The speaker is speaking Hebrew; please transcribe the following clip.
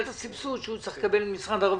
את הסבסוד שהוא צריך לקבל ממשרד הרווחה.